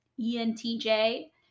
ENTJ